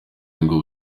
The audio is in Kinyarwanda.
nibwo